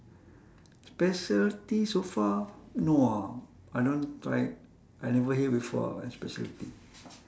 specialty so far no ah I don't try I never hear before ah any specialty